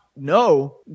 no